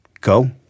go